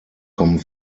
kommen